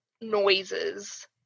noises